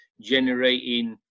generating